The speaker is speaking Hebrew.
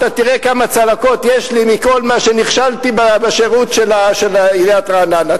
אתה תראה כמה צלקות יש לי מכל מה שנכשלתי בשירות של עיריית רעננה.